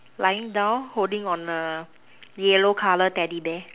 lying down holding on a yellow colour teddy bear